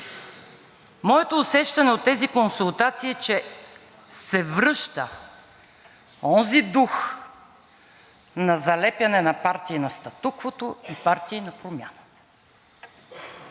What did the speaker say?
Моето усещане от тези консултации е, че се връща онзи дух на залепяне на партии на статуквото и партии на промяната.